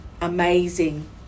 amazing